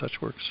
TouchWorks